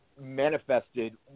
manifested